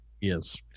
Yes